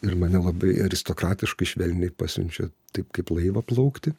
ir mane labai aristokratiškai švelniai pasiunčia taip kaip laivą plaukti